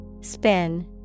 Spin